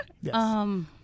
Yes